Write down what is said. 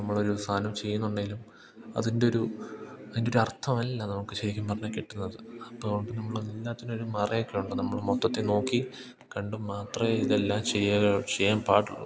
നമ്മളൊരു സാധനം ചെയ്യുന്നുണ്ടെങ്കിലും അതിൻ്റൊരു അതിൻ്റൊരു അർത്ഥമല്ല നമുക്ക് ശരിക്കും പറഞ്ഞാൽ കിട്ടുന്നത് അപ്പോൾ അതു കൊണ്ട് നമ്മൾ എല്ലാറ്റിനും ഒരു മറയൊക്കെ ഉണ്ട് നമ്മൾ മൊത്തത്തിൽ നോക്കി കണ്ടും മാത്രമേ ഇതെല്ലാം ചെയ്യ ചെയ്യാൻ പാടുളളു